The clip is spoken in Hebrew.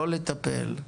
לא לטפל.